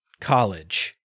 College